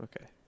Okay